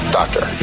doctor